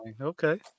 Okay